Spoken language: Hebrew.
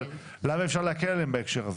אבל למה אפשר להקל עליהם בהקשר הזה?